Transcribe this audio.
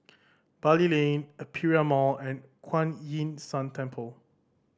Bali Lane Aperia Mall and Kuan Yin San Temple